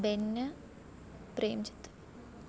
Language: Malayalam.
ബെന്ന് പ്രേംജിത്ത്